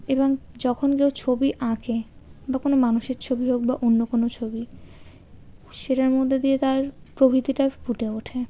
এবং যখন কেউ ছবি আঁকে বা কোনও মানুষের ছবি হোক বা অন্য কোনও ছবি সেটার মধ্যে দিয়ে তার প্রবৃত্তিটা ফুটে ওঠে